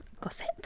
gossip